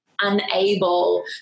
unable